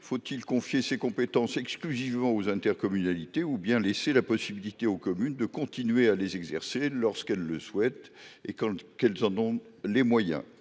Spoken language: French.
faut il confier ces compétences exclusivement aux intercommunalités, ou bien laisser la possibilité aux communes de continuer à les exercer lorsqu’elles le souhaitent et qu’elles en ont les moyens ?